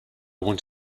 want